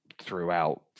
throughout